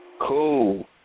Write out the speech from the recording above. Cool